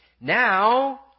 now